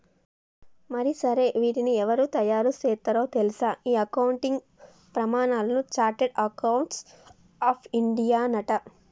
మరి సరే వీటిని ఎవరు తయారు సేత్తారో తెల్సా ఈ అకౌంటింగ్ ప్రమానాలను చార్టెడ్ అకౌంట్స్ ఆఫ్ ఇండియానట